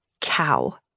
cow